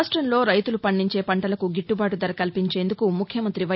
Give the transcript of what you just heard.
రాష్టంలో రైతులు పండించే పంటలకు గిట్లుబాటు ధర కల్పించేందుకు ముఖ్యమంత్రి వై